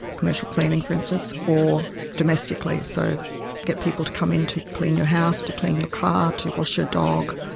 commercial cleaning for instance, or domestically, so get people to come in to clean your house, to clean your car, to wash your dog,